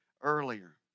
earlier